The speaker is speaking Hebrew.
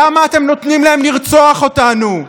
למה אתם נותנים להם לרצוח אותנו?